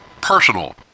Personal